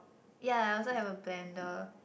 yea I also have a blender